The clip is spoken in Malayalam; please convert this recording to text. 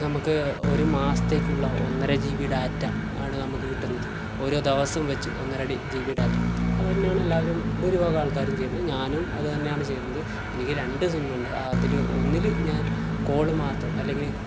നമുക്ക് ഒരു മാസത്തേക്കുള്ള ഒന്നര ജി ബി ഡാറ്റ ആണ് നമുക്ക് കിട്ടുന്നത് ഒരു ദിവസം വച്ച് ഒന്നര ജിബി ഡാറ്റ അത് തന്നെയാണ് എല്ലാവരും ഭൂരിഭാഗം ആൾക്കാരും ചെയ്യുന്നത് ഞാനും അത് തന്നെയാണ് ചെയ്യുന്നത് എനിക്ക് രണ്ട് സിമ്മുണ്ട് അതില് ഒന്നിൽ ഞാൻ കോൾ മാത്രം അല്ലെങ്കിൽ